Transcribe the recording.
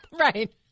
Right